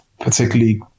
particularly